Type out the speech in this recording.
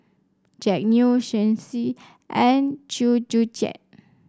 Jack Neo Shen Xi and Chew Joo Chiat